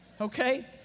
okay